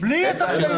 בלי ביקורת,